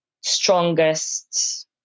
strongest